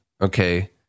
okay